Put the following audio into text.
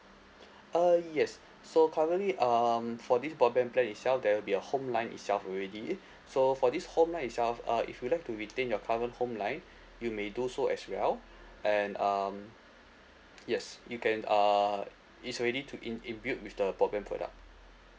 uh yes so currently um for this broadband plan itself there will be a home line itself already so for this home line itself uh if you'd like to retain your current home line you may do so as well and um yes you can uh it's already to in in built with the broadband product